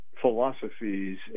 philosophies